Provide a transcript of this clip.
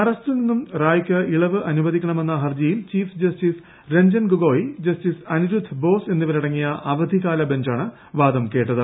അറസ്റ്റിൽ നിന്നും റായ്ക്ക് ഇളവ് അനുവദിക്കണമെന്ന ഹർജിയിൽ chief justice Ranjan Gogoi justice Aniruddha Bose എന്നിവരടങ്ങിയ അവധികാല ബഞ്ചാണ് വാദം കേട്ടത്